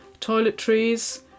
toiletries